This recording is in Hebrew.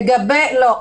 לא.